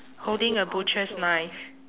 holding a butcher's knife